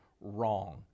wrong